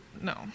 No